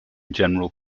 general